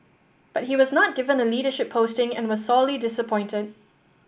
but he was not given a leadership posting and was sorely disappointed